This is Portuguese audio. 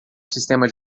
sistema